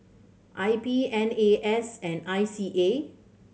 I P N A S and I C A